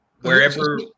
wherever